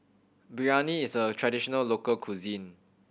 biryani is a traditional local cuisine